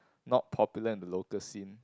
not popular in the local scene